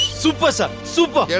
super sir. super.